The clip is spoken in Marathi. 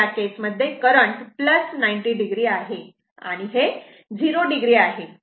तर या केस मध्ये करंट 90 o आहे आणि हे 0 o आहे